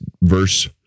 Verse